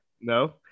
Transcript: No